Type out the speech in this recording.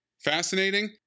Fascinating